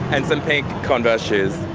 and some pink converse shoes.